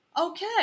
Okay